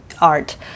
art